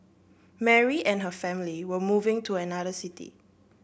Mary and her family were moving to another city